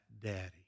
daddy